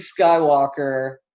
Skywalker